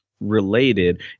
related